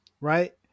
right